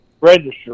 register